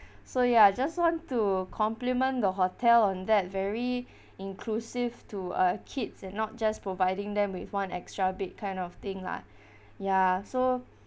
so ya just want to compliment the hotel on that very inclusive to uh kids and not just providing them with one extra bed kind of thing lah ya so